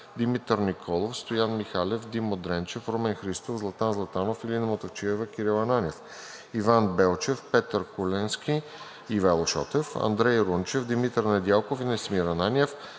Димитър Николов; Стоян Михалев; Димо Дренчев; Румен Христов; Златан Златанов; Илина Мутафчиева; Кирил Ананиев; Иван Белчев; Петър Куленски и Ивайло Шотев; Андрей Рунчев; Димитър Недялков и Настимир Ананиев;